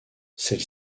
celle